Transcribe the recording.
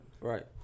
Right